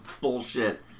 bullshit